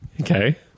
Okay